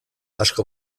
asko